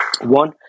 One